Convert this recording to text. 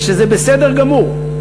שזה בסדר גמור.